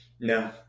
No